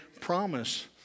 promise